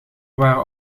waren